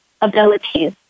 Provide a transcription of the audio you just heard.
abilities